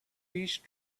reached